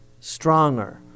stronger